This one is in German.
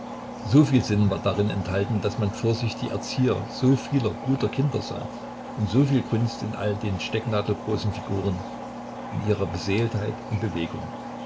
umherstehende soviel sinn war darin enthalten daß man vor sich die erzieher so vieler guter kinder sah und soviel kunst in all den stecknadelgroßen figuren in ihrer beseeltheit und bewegung